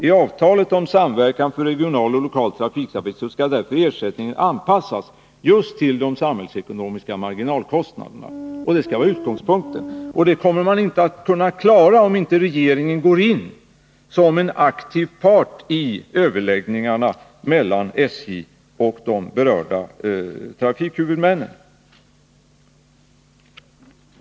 I avtalet om samverkan när det gäller regionalt och !okalt trafikarbete skall ersättningen därför anpassas just till de samhällsekonomiska marginalkostnaderna. Det skall vara utgångspunkten. Men detta kommer man inte att klara, om inte regeringen går in som en aktiv part i överläggningarna mellan SJ och de berörda trafikhuvudmännen.